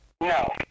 No